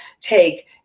take